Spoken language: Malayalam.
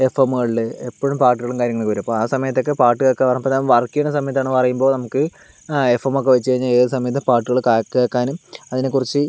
എഫ് എമ്മുകളിൽ എപ്പോഴും പാട്ടുകളും കാര്യങ്ങളുമൊക്കെ വരും അപ്പോൾ ആ സമയത്തൊക്കെ പാട്ട് കേൾക്കാൻ അപ്പോൾ ഞാൻ വർക്ക് ചെയ്യുന്ന സമയത്താണെന്ന് പറയുമ്പോൾ നമുക്ക് എഫ് എമ്മൊക്കെ വച്ചു കഴിഞ്ഞാൽ ഏതു സമയത്തും പാട്ടുകൾ കേൾക്കാനും അതിനെക്കുറിച്ച്